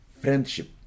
friendship